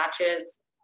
matches